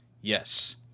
Yes